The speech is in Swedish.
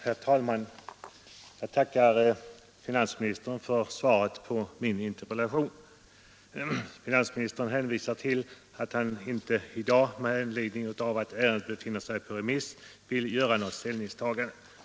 Herr talman! Jag tackar finansministern för svaret på min interpellation. Finansministern hänvisar till att han inte vill göra något ställningstagande i dag, med hänsyn till att ärendet befinner sig ute på remiss.